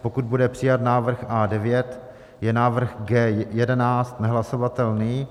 pokud bude přijat návrh A9, je návrh G11 nehlasovatelný